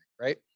right